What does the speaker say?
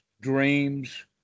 dreams